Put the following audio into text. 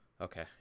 okay